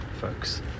folks